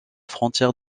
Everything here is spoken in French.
frontière